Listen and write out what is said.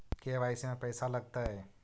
KYC में पैसा लगतै?